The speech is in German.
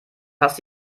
fast